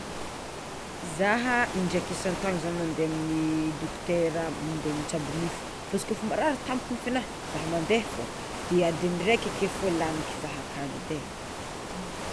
zaha indraiky isan-taogno zah mande amy dokotera mande mitsabo nify fa izy kôfa marary tampoka nify anah zah mande fô de adin'ny raiky ake fô laniky za ajagny edy e.